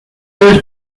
serious